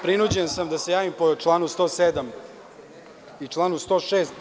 Prinuđen sam da se javim po članu 107. i članu 106.